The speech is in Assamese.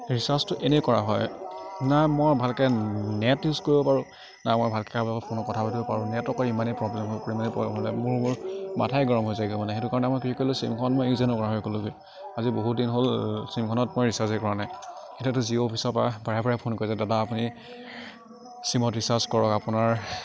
ৰিচাৰ্জটো এনেই কৰা হয় না মই ভালকৈ নেট ইউজ কৰিব পাৰোঁ না মই ভালকৈ কাৰোবাৰ লগত ফোনত কথা পাতিব পাৰোঁ নেটৰ্ৱকৰ ইমানেই প্ৰব্লেম হৈ পৰে মানে মোৰ মোৰ মাথাই গৰম হৈ যায়গৈ মানে সেইটো কাৰণে মই কি কৰিলোঁ চিমখন মই ইউজে নকৰা হৈ গ'লোগৈ আজি বহু দিন হ'ল চিমখনত মই ৰিচাৰ্জেই কৰা নাই এতিয়াতো জিঅ' অফিচৰপৰা বাৰে বাৰে ফোন কৰিছে দাদা আপুনি চিমত ৰিচাৰ্জ কৰক আপোনাৰ